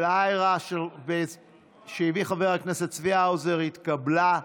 של IHRA שהביא חבר הכנסת צבי האוזר התקבלה.